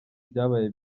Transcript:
byabaye